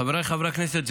חבריי חברי הכנסת,